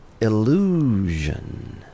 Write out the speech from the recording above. Illusion